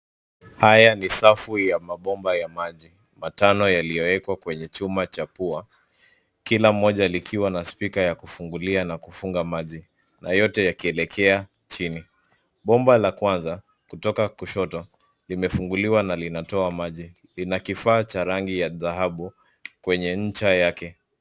Haya ni safu ya mabomba ya maji matano yaliyowekwa kwenye chuma cha pua. Kila moja likiwa na speka ya kufungulia na kufungua maji na yote yakielekea chini. Bomba la kwanza kutoka kushoto limefunguliwa na linatoa maji lina kifaa cha rangi ya dhahabu kwenye ncha yake.